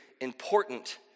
important